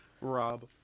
Rob